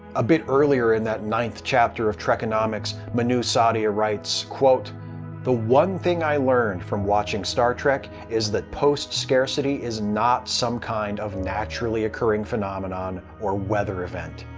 a bit earlier in that ninth chapter of trekonomics, manu saadia writes, the one thing i learned from watching star trek is that post-scarcity is not some kind of naturally occurring phenomenon or weather event.